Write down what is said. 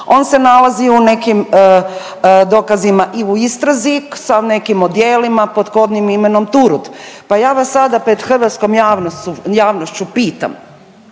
on se nalazio u nekim dokazima i u istrazi sa neki odijelima pod kodnim imenom Turud. Pa ja vas sada pred hrvatskom javnošću pitam,